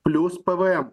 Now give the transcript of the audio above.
plius pvm